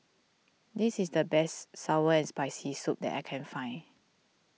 this is the best Sour and Spicy Soup that I can find